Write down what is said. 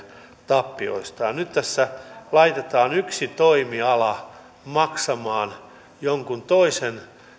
tappioistaan nyt tässä laitetaan yksi toimiala maksamaan jonkun toisen tai ikään kuin